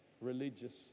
religious